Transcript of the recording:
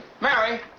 Mary